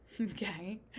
okay